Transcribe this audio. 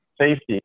safety